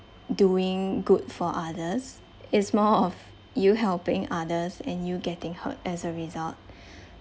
doing good for others it's more of you helping others and you getting hurt as a result